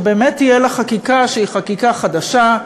שבאמת תהיה לה חקיקה שהיא חקיקה חדשה,